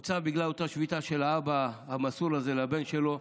הוא הוצף בגלל אותה שביתה של האבא המסור הזה לבן שלו.